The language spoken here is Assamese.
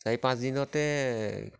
চাৰি পাঁচদিনতে